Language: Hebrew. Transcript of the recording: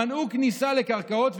מנעו כניסה לקרקעות,